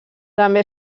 també